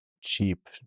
cheap